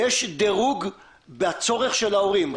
יש דרוג בצורך של ההורים.